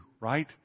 right